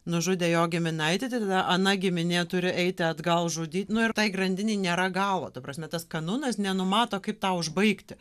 nužudė jo giminaitį tai tada ana giminė turi eiti atgal žudyt nu ir tai grandinei nėra galo ta prasme tas kanunas nenumato kaip tą užbaigti